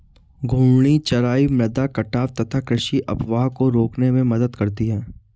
घूर्णी चराई मृदा कटाव तथा कृषि अपवाह को रोकने में मदद करती है